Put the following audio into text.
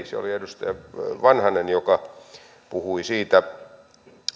se edustaja vanhanen joka puhui siitä